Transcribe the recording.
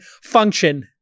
function